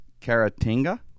Caratinga